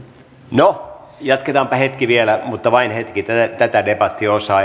no jatketaanpa hetki vielä mutta vain hetki tätä debattiosaa